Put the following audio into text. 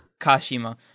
Kashima